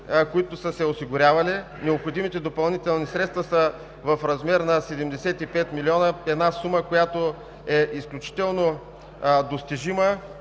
които са се осигурявали. Необходимите допълнителни средства са в размер на 75 милиона – сума, която е изключително достижима